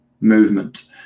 movement